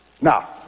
Now